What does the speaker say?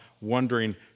wondering